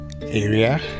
area